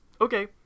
okay